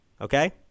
Okay